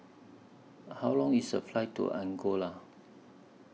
How Long IS The Flight to Angola